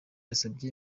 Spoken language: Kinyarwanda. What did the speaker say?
yasabye